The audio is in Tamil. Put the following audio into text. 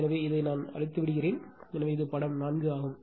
எனவே இதை அழிக்க விடுகிறேன் எனவே இது படம் 4 ஆகும்